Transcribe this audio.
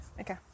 okay